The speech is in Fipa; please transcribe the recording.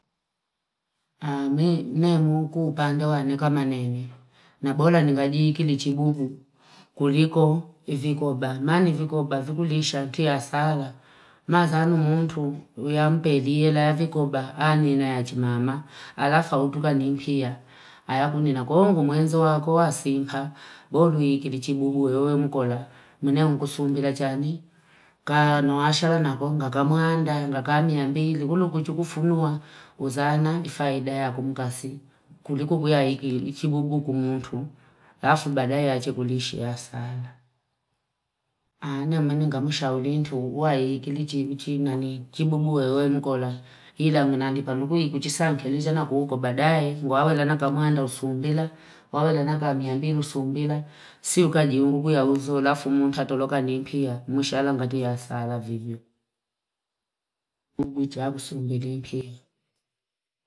Aa nemi ku upande wane kama nene nabora ningalichi ni chigundi kulikuko vikoba mani vikooba vikulisha tia asala mazalo mutu yampelie ela ya vikoba animajimama alafu autukani ni nkiya ayakunina kwaiyo kwo uwezo wako wasimpa bo bili chingunguyo we mkolya nina kusumbila chani kaanuwasha nakonkla kamwaamnda ndaka miimbili kulu chikufunua uzana nifaida yako nkasi kuliko kuyaigili ni chibubu mutu alafu badaae aache kulishia sana. Ana maana ngamshauli mtu nguwaii ngini chinu ching'ani chibubu wewe mkola ila mnalipa mbui ichisanki keweizana huko baadae wawela na kamwana usumbile wawena miambiliusumbile sio kaji ukiya uzuni alafu nkatolola nimpia mwishala nkatia hasara vivi